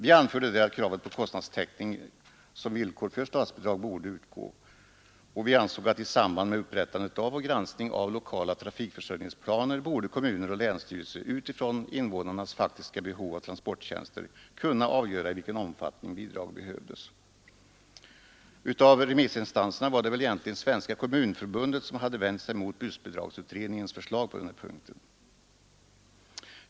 Vi anförde där att kravet på kostnadstäckning såsom villkor för statsbidrag borde utgå, och vi ansåg att kommuner och länsstyrelser i samband med upprättandet av granskningen av lokala trafikförsörjningsplaner borde utifrån invånarnas faktiska behov av transporttjänster kunna avgöra i vilken omfattning bidrag behövdes. Av remissinstanserna var det egentligen bara Svenska kommunförbundet som hade vänt sig mot bussbidragsutredningens förslag.